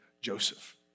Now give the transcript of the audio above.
Joseph